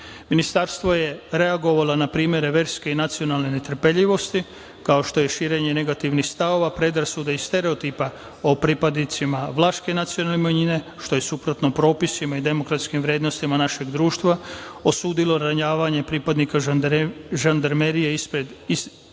sektoru. Ministarstvo je reagovalo na primere verske i nacionalne netrpeljivosti, kao što je širenje negativnih stavova, predrasuda i stereotipa o pripadnicima vlaške nacionalne manjine, što je suprotno propisima i demokratskim vrednostima našeg društva, osudilo ranjavanje pripadnika žandarmerije ispred izraelske